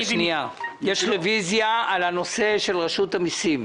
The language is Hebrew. יש רוויזיה על הנושא של רשות המסים,